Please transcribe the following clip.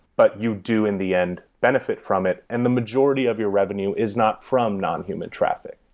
but you do in the end benefit from it, and the majority of your revenue is not from non-human traffic.